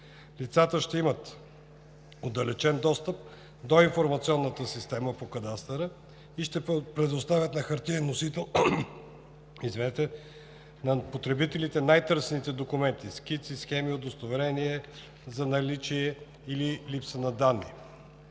Лицата ще имат отдалечен достъп до информационната система по кадастъра и ще предоставят на хартиен носител на потребителите най-търсените документи – скици, схеми и удостоверения за наличие и липса на данни,